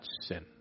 sin